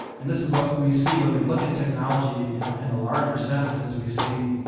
and this is, what we see when we look at technology in in a larger sense is, we see,